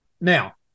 Now